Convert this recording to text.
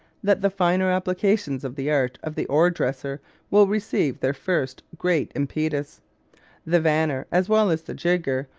that the finer applications of the art of the ore-dresser will receive their first great impetus. the vanner, as well as the jigger,